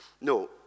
No